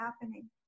happening